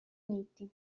uniti